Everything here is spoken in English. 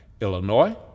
illinois